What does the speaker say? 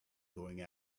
going